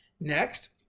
Next